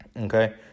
okay